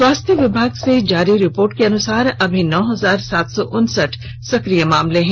स्वास्थ्य विभाग से जारी रिपोर्ट के अनुसार अभी नौ हजार सात सौ उनसठ सकिय मामले हैं